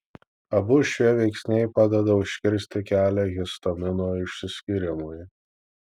abu šie veiksniai padeda užkirsti kelią histamino išsiskyrimui